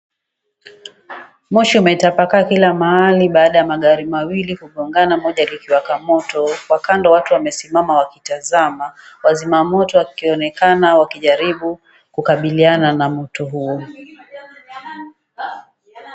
Moshi umetapakaa kila mahali baada ya magari mawili kugongana, moja likiwaka moto, kwa kando watu wamesimama wakitazama, wazima moto wakionekana wakijaribu kukabiliana na moto huo.